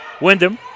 Wyndham